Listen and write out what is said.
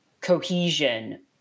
cohesion